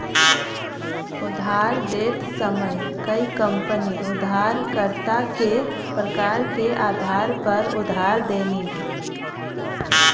उधार देत समय कई कंपनी उधारकर्ता के प्रकार के आधार पर उधार देनी